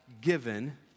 given